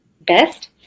best